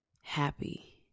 happy